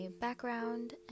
background